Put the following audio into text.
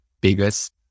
biggest